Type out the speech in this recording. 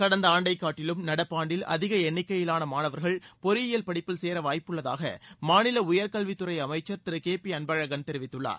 கடந்த ஆண்டை காட்டிலும் நடப்பாண்டில் அதிக எண்ணிக்கையிலான மாணவர்கள் பொறியியல் படிப்பில் சேர வாய்ப்புள்ளதாக மாநில உயர்க்கல்வித்துறை அமைச்சர் திரு கேபி அன்பழகன் தெரிவித்துள்ளார்